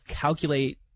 calculate